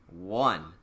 one